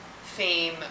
fame